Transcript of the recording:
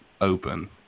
open